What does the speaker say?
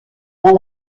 dans